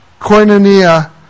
koinonia